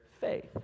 faith